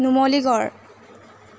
Numaligarh